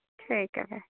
ठीक ऐ फिर